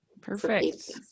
Perfect